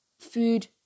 food